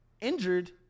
Injured